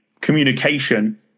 communication